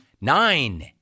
Nine